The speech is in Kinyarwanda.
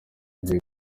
agiye